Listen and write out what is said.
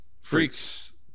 Freaks